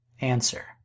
Answer